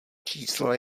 čísla